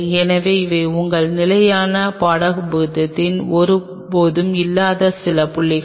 எனவே இவை உங்கள் நிலையான பாடப்புத்தகத்தின் ஒருபோதும் இல்லாத சில புள்ளிகள்